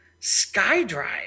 SkyDrive